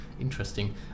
interesting